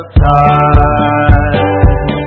time